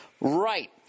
right